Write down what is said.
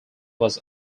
was